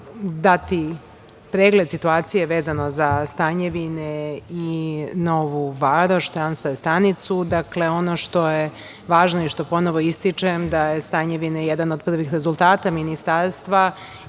dati pregled situacije vezano za „Stanjevine“ i Novu Varoš, transfer stanicu, dakle, ono što je važno i što ponovo ističem da je „Stanjevina“ jedan od prvih rezultata Ministarstva